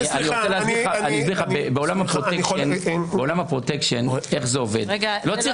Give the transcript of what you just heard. אני אסביר לך איך זה עובד בעולם הפרוטקשן לא צריך שומר.